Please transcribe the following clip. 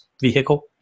vehicle